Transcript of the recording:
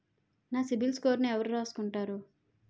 నా సిబిల్ స్కోరును ఎవరు రాసుకుంటారు